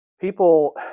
People